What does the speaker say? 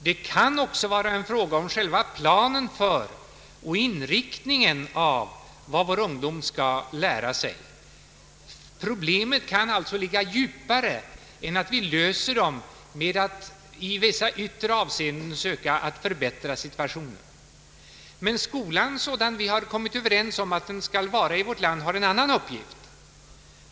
Det kan också vara en fråga om själva planet för och inriktningen av vad vår ungdom skall lära sig. Problemen kan alltså ligga djupare än att vi löser dem genom att i vissa yttre avseenden försöka förbättra situationen. Men skolan sådan vi har kommit överens om att den skall vara i vårt land har en annan uppgift.